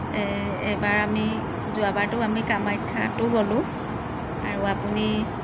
এই এইবাৰ আমি যোৱাবাৰতো আমি কামেখ্যাতো গ'লোঁ আৰু আপুনি